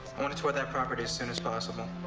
i want to tour that property as soon as possible.